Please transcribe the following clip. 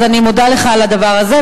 אז אני מודה לך על הדבר הזה.